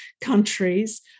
countries